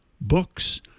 books